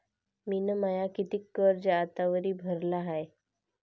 मिन माय कितीक कर्ज आतावरी भरलं हाय?